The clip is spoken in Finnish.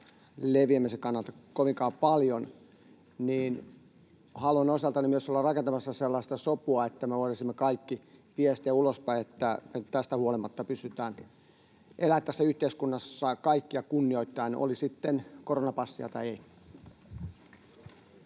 leviämisen kannalta kovinkaan paljon, niin haluan osaltani myös olla rakentamassa sellaista sopua, että me voisimme kaikki viestiä ulospäin, että tästä huolimatta pystytään elämään tässä yhteiskunnassa kaikkia kunnioittaen, oli sitten koronapassia tai ei.